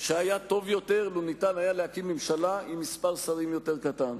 שהיה טוב יותר לו ניתן היה להקים ממשלה עם מספר שרים יותר קטן.